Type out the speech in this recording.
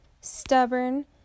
stubborn